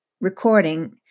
recording